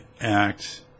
Act